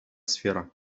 сфера